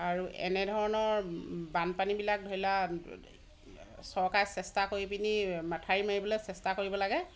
আৰু এনেধৰণৰ বানপানীবিলাক ধৰি লওক চৰকাৰে চেষ্টা কৰি পিনি মথাউৰি মাৰিবলৈ চেষ্টা কৰিব লাগে